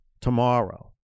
tomorrow